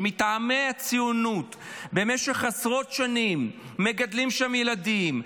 שמטעמי ציונות במשך עשרות שנים מגדלים שם ילדים,